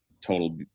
total